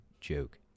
joke